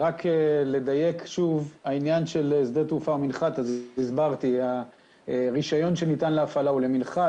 רק לדייק שוב הסברתי שהרישיון שניתן להפעלה הוא למנחת.